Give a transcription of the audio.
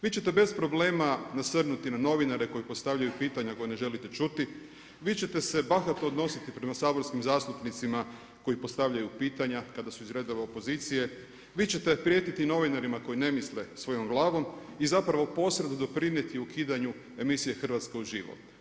Vi ćete bez problema nasrnuti na novinare koji postavljaju pitanja koja ne želite čuti, vi ćete se bahato odnositi prema saborskim zastupnicima koji postavljaju pitanja kada su iz redova opozicije, vi ćete prijetiti novinarima koji ne misle svojom glavom i zapravo posredno doprinijeti ukidanju emisije Hrvatsko uživo.